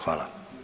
Hvala.